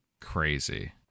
Crazy